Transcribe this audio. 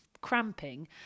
cramping